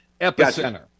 Epicenter